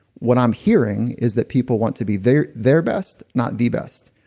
what i'm hearing is that people want to be their their best, not the best.